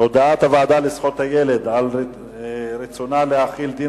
הודעת הוועדה לזכויות הילד על רצונה להחיל דין